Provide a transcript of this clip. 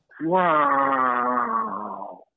Wow